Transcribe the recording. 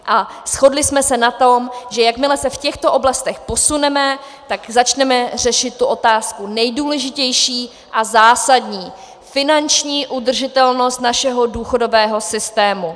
A shodli jsme se na tom, že jakmile se v těchto oblastech posuneme, začneme řešit tu otázku nejdůležitější a zásadní finanční udržitelnost našeho důchodového systému.